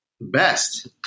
Best